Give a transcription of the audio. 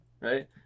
right